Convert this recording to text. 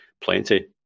plenty